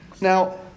Now